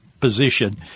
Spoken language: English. position